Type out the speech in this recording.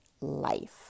life